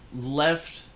left